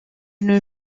nos